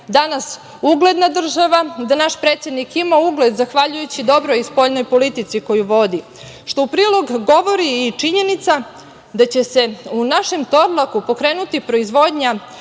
danas ugledna država, da naš predsednik ima ugled zahvaljujući dobroj spoljnoj politici koju vodi, što u prilog govori i činjenica da će se u našem Torlaku pokrenuti proizvodnja